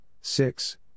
six